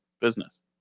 business